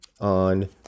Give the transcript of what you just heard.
on